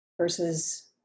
versus